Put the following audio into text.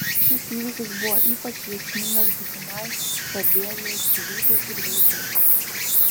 šis įvykis buvo ypač reikšmingas būsimai sarbievijaus kūrybai ir veiklai